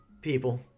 people